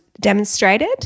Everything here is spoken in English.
demonstrated